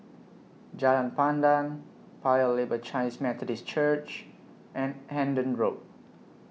Jalan Pandan Paya Lebar Chinese Methodist Church and Hendon Road